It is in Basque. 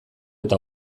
eta